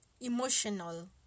Emotional